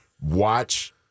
watch